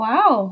Wow